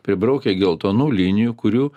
pribraukė geltonų linijų kurių